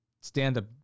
stand-up